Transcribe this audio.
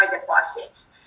deposits